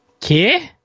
Que